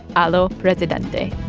alo presidente